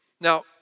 Now